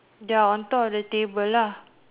they're on top of the table lah